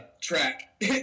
track